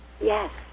Yes